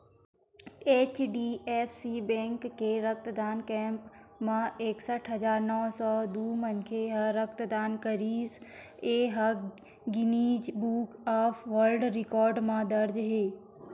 HDFC bank के रक्तदान camp म एकसट हजार नव सौ दू मनखे ह रक्तदान करिस ए ह Guinness book of world record म दर्ज हे